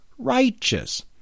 righteous